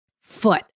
foot